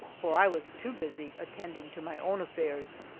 for i was too busy attending to my own affairs.